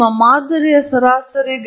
ನೀವು ಸಂಗ್ರಹಿಸಿದ ಡೇಟಾವನ್ನು ಹೊಂದಿದೆ